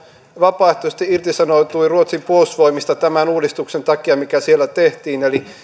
vapaaehtoisesti irtisanoutui ruotsin puolustusvoimista tämän uudistuksen takia mikä siellä tehtiin eli